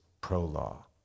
pro-law